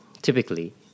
typically